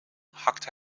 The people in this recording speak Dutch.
hakte